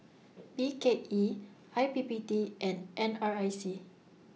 B K E I P P T and N R I C